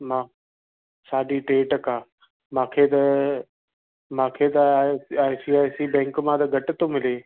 मां साढी टे टका मूंखे त मूंखे त I C I C bank मां त घटि थो मिले